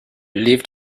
lived